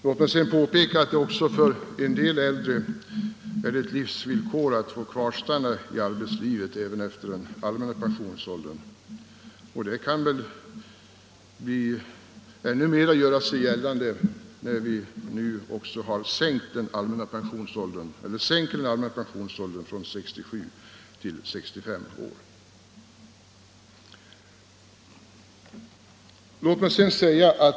För många äldre är det ett livsvillkor att få kvarstanna i arbetslivet även efter den allmänna pensionsåldern. Detta kan väl ännu mera göra sig gällande när vi nu också sänker den allmänna pensionsåldern från 67 till 65 år.